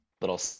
little